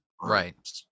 Right